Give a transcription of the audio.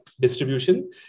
distribution